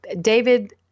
David